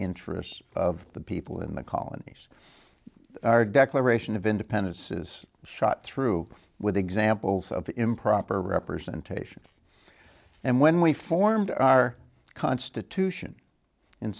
interests of the people in the colonies our declaration of independence is shot through with examples of improper representation and when we formed our constitution